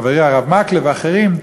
חברי הרב מקלב ואחרים,